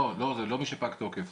לא, זה לא מי שפג תוקף.